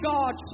God